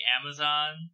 Amazon